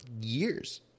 years